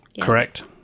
Correct